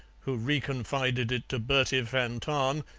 who re-confided it to bertie van tahn,